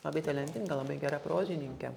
labai talentinga labai gera prozininkė